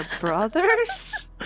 brothers